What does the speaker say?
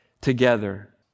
together